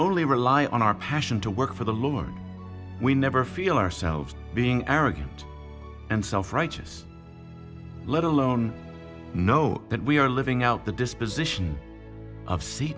only rely on our passion to work for the lord we never feel ourselves being arrogant and self righteous let alone know that we are living out the disposition of seat